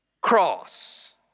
cross